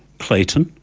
clayton,